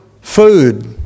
food